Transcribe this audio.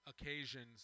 occasions